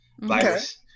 virus